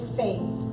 faith